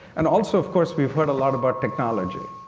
and also, of course, we've heard a lot about technology,